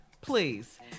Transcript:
please